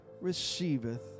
receiveth